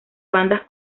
bandas